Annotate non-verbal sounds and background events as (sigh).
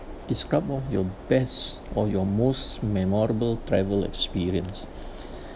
describe one of your best or your most memorable travel experience (breath)